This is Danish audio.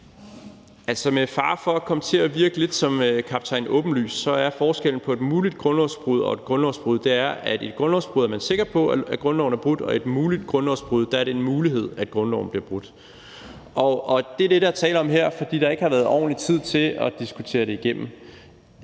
Altså, med fare for at komme til at virke lidt som Kaptajn Åbenlys er forskellen på et muligt grundlovsbrud og et grundlovsbrud, at man i et grundlovsbrud er sikker på, at grundloven er brudt, og at det i et muligt grundlovsbrud er en mulighed, at grundloven bliver brudt. Og det er det, der er tale om her, fordi der ikke har været ordentlig tid til at diskutere det igennem.